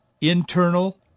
internal